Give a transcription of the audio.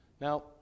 Now